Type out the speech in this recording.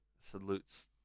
salutes